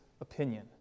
opinion